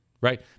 right